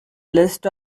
list